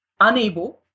unable